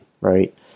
Right